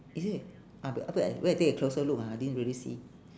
is it a~ afterward I wait I take a closer look ah I didn't really see